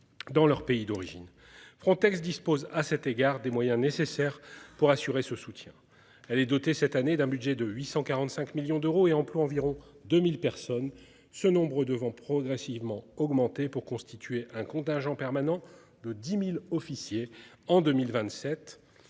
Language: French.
Dans leur pays d'origine. Frontex dispose à cet égard des moyens nécessaires pour assurer ce soutien. Elle est dotée cette année d'un budget de 845 millions d'euros et emploie environ 2000 personnes. Ce nombre devant progressivement augmenter pour constituer un contingent permanent de 10.000 officiers en 2027.